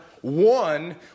one